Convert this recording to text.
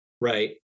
right